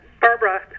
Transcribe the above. Barbara